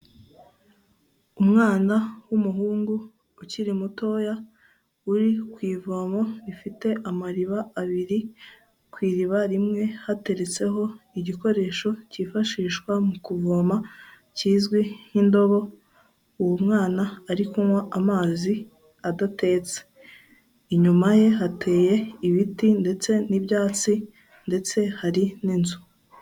Umwana w'umuhungu ukiri mutoya uri ku ivomo rifite amariba abiri, ku iriba rimwe hateretseho igikoresho cyifashishwa mu kuvoma kizwi nk'indobo, uwo mwana ari kunywa amazi adatetse. Inyuma ye hateye ibiti ndetse n'ibyatsi ndetse hari n'inzu.